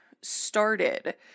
started